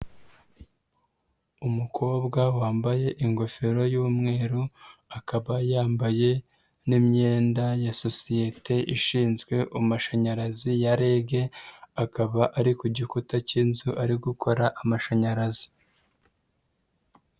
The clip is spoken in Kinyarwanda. Umukobwa wambaye ingofero y'umweru akaba yambaye n'imyenda ya sosiyete ishinzwe amashanyarazi ya REG akaba ari ku gikuta cy'inzu ari gukora amashanyarazi.